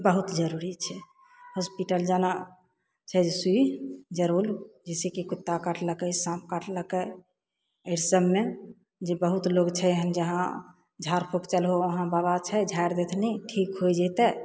बहुत जरुरी छै हॉस्पिटल जाना छै जे सुइ जरुर जैसे कि कुत्ता काटलकय साँप काटलकय अइसबमे जे बहुत लोग छै एहन जहाँ झाड़ फूक चलहो वहाँ बाबा छै झारि देथिन ठीक होइ जेतय